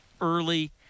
early